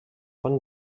von